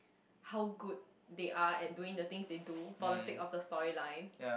how good they are at doing the things they do for the sake of the storyline